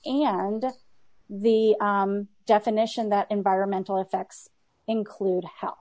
and the definition that environmental effects include h